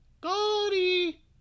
Goldie